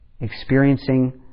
Experiencing